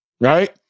right